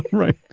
right.